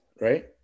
Right